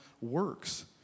works